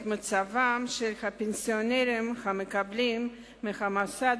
את מצבם של הפנסיונרים המקבלים מהמוסד